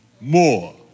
more